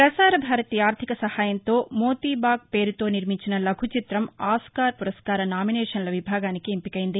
ప్రసారభారతి ఆర్దిక సహాయంతో మోతీబాగ్ పేరుతో నిర్మించిన లఘుచితం ఆస్కార్ పురస్కార నామినేషన్ల విభాగానికి ఎంపికైంది